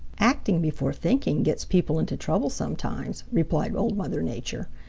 acting before thinking gets people into trouble sometimes, replied old mother nature.